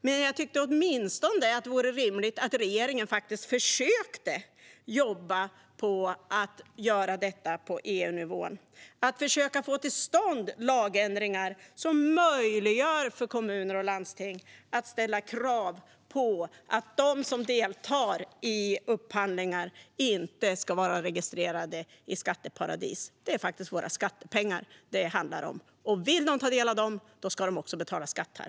Men jag tycker åtminstone att det vore rimligt att regeringen på EU-nivå försöker jobba för att få till stånd lagändringar som möjliggör för kommuner och landsting att ställa krav på att de som deltar i upphandlingar inte ska vara registrerade i skatteparadis. Det är faktiskt våra skattepengar det handlar om, och vill de ta del av dem ska de också betala skatt här.